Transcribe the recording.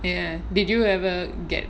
ya did you ever get